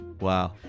Wow